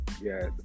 Yes